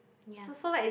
ya